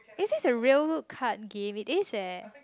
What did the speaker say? is this a real card game it is eh